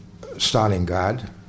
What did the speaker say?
Stalingrad